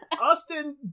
Austin